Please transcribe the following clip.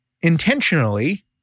intentionally